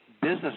business